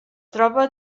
troba